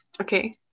Okay